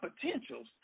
potentials